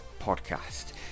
podcast